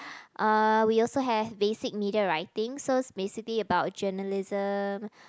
uh we also have basic media writing so is basically about journalism